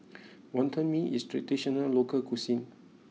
Wonton Mee is a traditional local cuisine